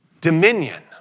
Dominion